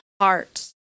hearts